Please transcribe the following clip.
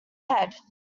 head